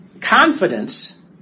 Confidence